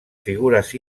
figures